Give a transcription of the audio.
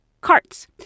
carts